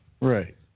Right